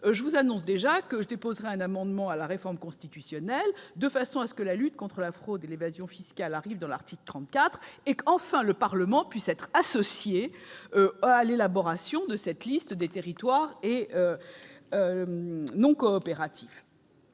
je vous annonce que je déposerai un amendement sur la réforme constitutionnelle de façon que la lutte contre la fraude et l'évasion fiscales soit inscrite à l'article 34 et qu'enfin le Parlement puisse être associé à l'élaboration de cette liste des territoires non coopératifs,